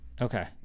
okay